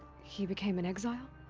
he became an exile?